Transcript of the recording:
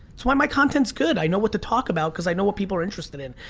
it's why my content's good, i know what to talk about because i know what people are interested in.